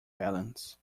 balance